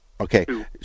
Okay